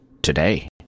Today